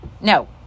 No